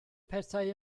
pethau